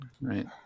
right